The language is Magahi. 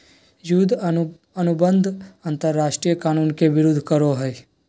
युद्ध अनुबंध अंतरराष्ट्रीय कानून के विरूद्ध करो हइ